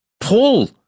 Paul